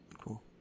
cool